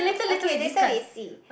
okay later we see